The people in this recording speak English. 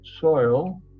soil